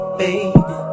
baby